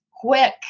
quick